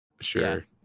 sure